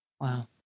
Wow